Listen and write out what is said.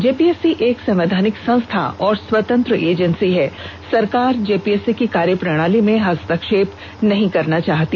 JPSC एक संवैधानिक संस्था और स्वतंत्र एजेंसी है सरकार जेपीएससी की कार्य प्रणाली में हस्तक्षेप नहीं करना चाहती